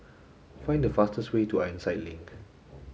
find the fastest way to Ironside Link